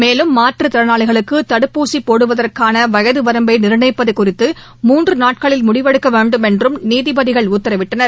மேலும் மாற்றுத்திறனாளிகளுக்குதடுப்பூசிபோடுவதற்கானவயதுவரம்பைநிர்ணயிப்பதுகுறித்து மூன்றுநாட்களில் முடிவெடுக்கவேண்டும் என்றும் நீதிபதிகள் உத்தரவிட்டனர்